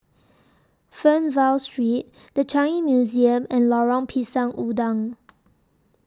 Fernvale Street The Changi Museum and Lorong Pisang Udang